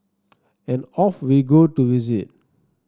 and off we go to visit